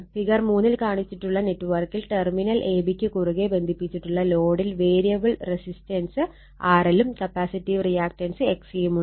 figure 3 ൽ കാണിച്ചിട്ടുള്ള നെറ്റ്വർക്കിൽ ടെർമിനൽ AB ക്ക് കുറുകെ ബന്ധിപ്പിച്ചിട്ടുള്ള ലോഡിൽ വേരിയബിൾ റെസിസ്റ്റൻസ് RL ഉം കപ്പാസിറ്റീവ് റിയാക്റ്റൻസ് XC യും ഉണ്ട്